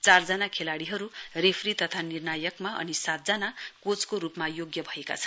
चारजना खेलाड़ीहरु रेफरी तथा निर्णयकमा अनि सातजना कोचको रुपमा योग्य भएका छन्